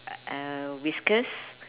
uh whiskers